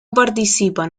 participan